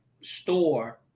store